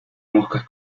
moscas